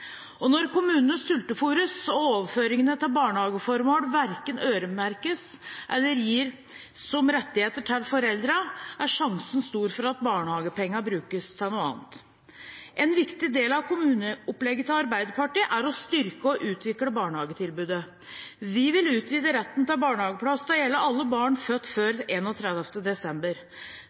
barnehage. Når kommunene sultefôres, og overføringene til barnehageformål verken øremerkes eller gir foreldrene rettigheter til barnehageplass, er sjansen stor for at barnehagepengene brukes til noe annet. En viktig del av kommuneopplegget til Arbeiderpartiet er å styrke og utvikle barnehagetilbudet. Vi vil utvide retten til barnehageplass til å gjelde alle barn født før 31. desember.